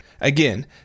Again